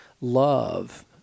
love